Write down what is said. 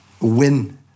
win